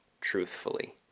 truthfully